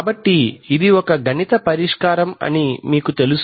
కాబట్టి ఇది గణిత పరిష్కారం అని మీకు తెలుసు